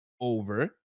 over